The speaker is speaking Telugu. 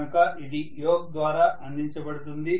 కనుక ఇది యోక్ ద్వారా అందించబడుతుంది